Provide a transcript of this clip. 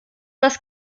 das